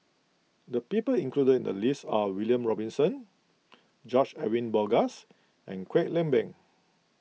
the people included in the list are William Robinson George Edwin Bogaars and Kwek Leng Beng